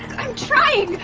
i'm trying!